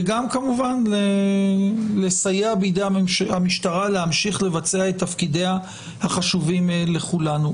וגם כמובן לסייע בידי המשטרה להמשיך לבצע את תפקידיה החשובים לכולנו.